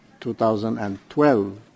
2012